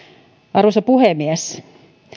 arvoisa puhemies